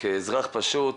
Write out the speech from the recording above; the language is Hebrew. כאזרח פשוט,